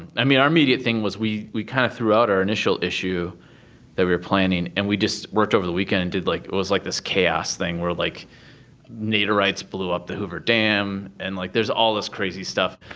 i mean, our immediate thing was we we kind of threw out our initial issue that we were planning and we just worked over the weekend and did, like it was like this chaos thing, where like nader rides blue up the hoover dam. and, like, there's all this crazy stuff.